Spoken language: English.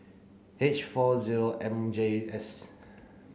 H four zero M J S